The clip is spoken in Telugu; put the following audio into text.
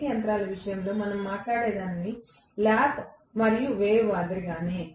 DC యంత్రాల విషయంలో మనం మాట్లాడేదాన్ని ల్యాప్ మరియు వేవ్ మాదిరిగానే